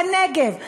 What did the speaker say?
בנגב,